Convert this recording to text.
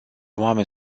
oameni